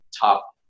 top